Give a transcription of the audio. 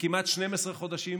כמעט ל-12 חודשים,